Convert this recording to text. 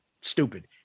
Stupid